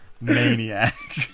Maniac